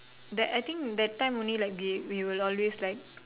that I think that time only like they we will always like